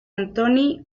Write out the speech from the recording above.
antoni